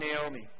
Naomi